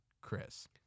Chris